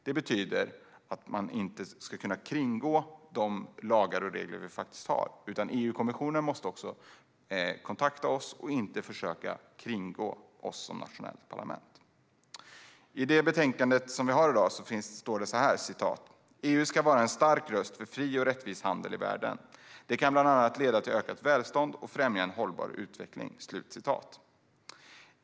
Det betyder att man inte ska kunna kringgå de lagar och regler vi har, utan EU-kommissionen måste kontakta oss och inte försöka kringgå oss som nationellt parlament. I dagens betänkande står det: "EU ska vara en stark röst för en fri och rättvis handel i världen. Det kan bland annat leda till ökat välstånd och främja en hållbar utveckling."